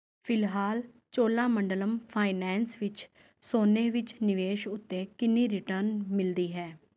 ਫਿਲਹਾਲ ਚੋਲਾਮੰਡਲਮ ਫਾਈਨੈਂਸ ਵਿੱਚ ਸੋਨੇ ਵਿੱਚ ਨਿਵੇਸ਼ ਉੱਤੇ ਕਿੰਨੀ ਰਿਟਰਨ ਮਿਲਦੀ ਹੈ